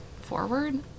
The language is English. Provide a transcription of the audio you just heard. forward